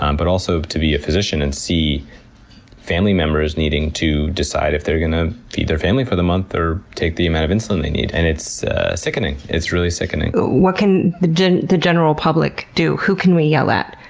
um but also to be a physician and see family members needing to decide if they're going to feed their family for the month or take the amount of insulin they need. and it's sickening. it's really sickening. what can the general the general public do? who can we yell at?